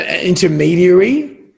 intermediary